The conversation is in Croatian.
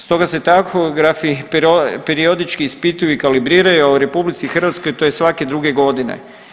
Stoga se tahografi periodički ispituju i kalibriraju, a u RH to je svake druge godine.